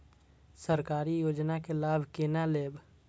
सरकारी योजना के लाभ केना लेब?